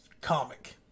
comic